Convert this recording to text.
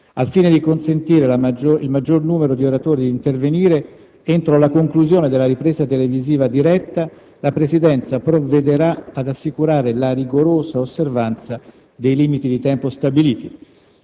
Al fine di consentire al maggior numero di oratori di intervenire entro la conclusione della ripresa televisiva diretta, la Presidenza provvederà ad assicurare la rigorosa osservanza dei limiti di tempo stabiliti.